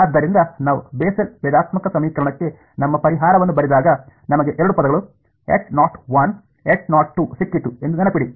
ಆದ್ದರಿಂದ ನಾವು ಬೆಸೆಲ್ ಭೇದಾತ್ಮಕ ಸಮೀಕರಣಕ್ಕೆ ನಮ್ಮ ಪರಿಹಾರವನ್ನು ಬರೆದಾಗ ನಮಗೆ ಎರಡು ಪದಗಳು ಸಿಕ್ಕಿತು ಎಂದು ನೆನಪಿಡಿ